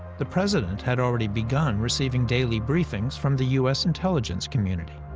the president had already begun receiving daily briefings from the u s. intelligence community.